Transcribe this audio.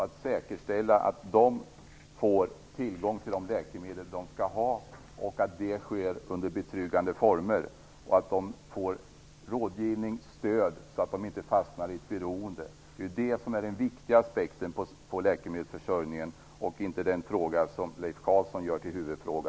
Att säkerställa att de får tillgång till de läkemedel som de skall ha, att det sker under betryggande former samt att de får rådgivning och stöd, så att de inte fastnar i ett beroende, är den viktiga aspekten på läkemedelsförsörjningen, inte den fråga som Leif Carlson gör till huvudfråga.